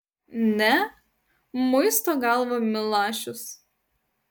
ne muisto galvą milašius